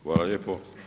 Hvala lijepo.